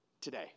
today